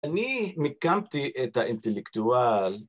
אני מיקמתי את האינטלקטואל